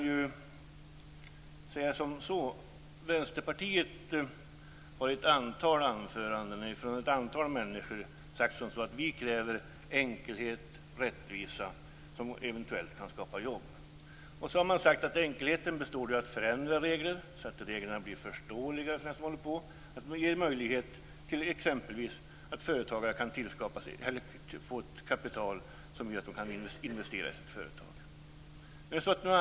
Företrädare för Vänsterpartiet har i ett antal anföranden sagt att de kräver enkelhet och rättvisa, som eventuellt kan skapa jobb. Man har sagt att enkelheten består i att reglerna förändras så att de blir förståeliga för den berörde. De skall exempelvis ge företagare tillgång ett kapital som gör att de kan investera i sitt företag.